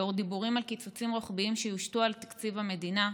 לאור דיבורים על קיצוצים רוחביים שיושתו על תקציב המדינה,